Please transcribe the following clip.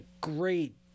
great